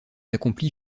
accomplit